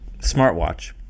smartwatch